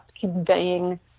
conveying